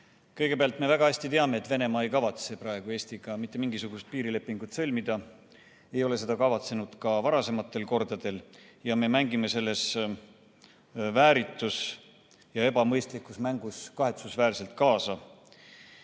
Kõigepealt, me teame väga hästi, et Venemaa ei kavatse praegu Eestiga mitte mingisugust piirilepingut sõlmida. Ei ole seda kavatsenud ka varasematel kordadel. Me mängime selles vääritus ja ebamõistlikus mängus kahetsusväärselt kaasa.